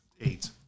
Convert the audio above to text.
eight